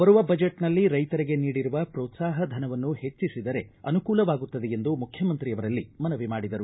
ಬರುವ ಬಜೆಟ್ನಲ್ಲಿ ರೈತರಿಗೆ ನೀಡಿರುವ ಪೋತ್ಲಾಹ ಧನವನ್ನು ಹೆಚ್ಚಿಸಿದರೆ ಅನುಕೂಲವಾಗುತ್ತದೆ ಎಂದು ಮುಖ್ಯಮಂತ್ರಿಯವರಲ್ಲಿ ಮನವಿ ಮಾಡಿದರು